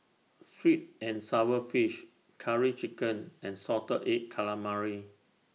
Sweet and Sour Fish Curry Chicken and Salted Egg Calamari